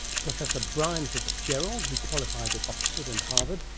professor brian fitzgerald, who qualified at oxford and harvard.